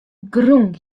grûn